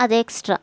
അതെ എക്സ്ട്രാ